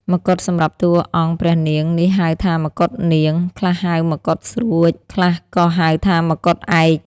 មកុដសម្រាប់តួអង្គព្រះនាងនេះហៅថាមកុដនាង ខ្លះហៅមកុដស្រួច ខ្លះក៏ហៅថាមកុដឯក។